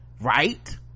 Right